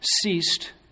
ceased